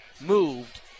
moved